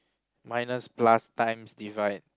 minus plus times divide